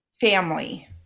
family